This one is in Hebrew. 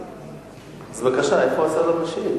בבקשה, איפה השר המשיב?